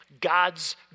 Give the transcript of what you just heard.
God's